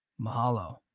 mahalo